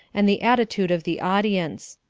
and the attitude of the audience.